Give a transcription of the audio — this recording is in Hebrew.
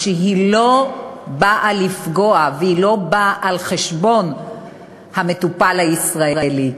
שהיא לא באה לפגוע והיא לא באה על חשבון המטופל הישראלי.